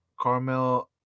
Carmel